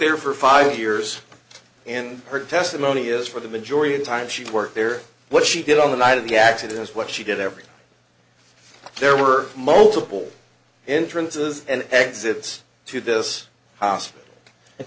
there for five years in her testimony is for the majority of time she worked there what she did on the night of the accident was what she did every day there were multiple entrances and exits to this ho